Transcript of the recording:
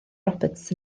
roberts